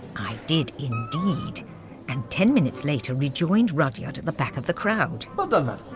i did indeed and, ten minutes later, rejoined rudyard at the back of the crowd. but